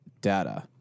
data